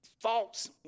False